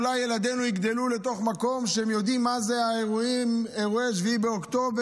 אולי ילדינו יגדלו לתוך מקום שהם יודעים מה זה אירועי 7 באוקטובר,